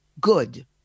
good